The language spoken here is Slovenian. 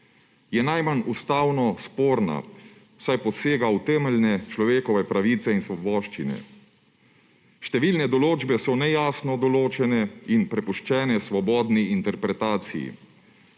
Je najmanj ustavno sporna, saj posega v temeljne človekove pravice in svoboščine. Številne določbe so nejasno določene in prepuščene svobodni interpretaciji,